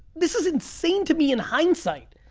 this is insane to me in hindsight,